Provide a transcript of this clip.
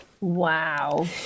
Wow